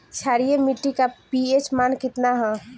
क्षारीय मीट्टी का पी.एच मान कितना ह?